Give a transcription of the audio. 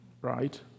Right